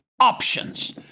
Options